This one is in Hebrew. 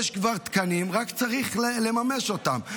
יש כבר תקנים, רק צריך לממש אותם.